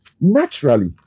naturally